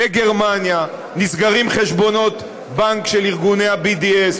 בגרמניה נסגרים חשבונות בנק של ארגוני ה-BDS,